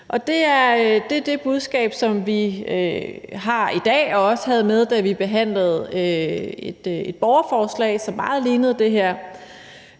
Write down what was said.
Det er det budskab, som vi har i dag, og som vi også havde med, da vi behandlede et borgerforslag, som meget lignede det her.